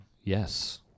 Yes